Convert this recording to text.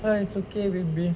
ah it's okay with me